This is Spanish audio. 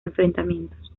enfrentamientos